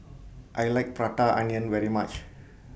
I like Prata Onion very much